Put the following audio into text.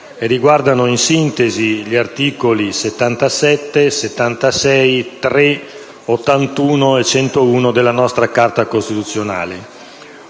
riguardano, in sintesi, gli articoli 77, 76, 3, 81 e 101 della nostra Carta costituzionale.